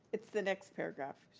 it's the next paragraph.